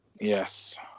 Yes